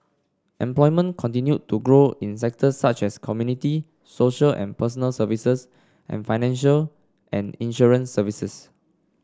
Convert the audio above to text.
employment continued to grow in sectors such as community social and personal services and financial and insurance services